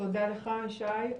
תודה לך שי,